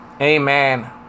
Amen